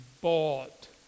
bought